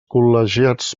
col·legiats